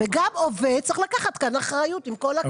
גם עובד צריך לקחת כאן אחריות, עם כל הכבוד.